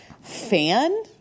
fan